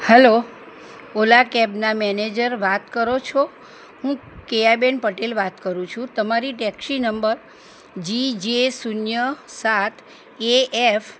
hello Ola કેબના manager વાત કરો છો હું કેયા બેન પટેલ વાત કરું છું તમારી ટેક્સી નંબર જી જે શૂન્ય સાત એ એફ